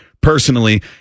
personally